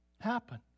happen